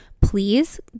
Please